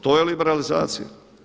To je liberalizacija.